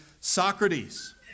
Socrates